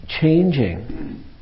changing